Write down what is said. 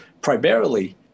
primarily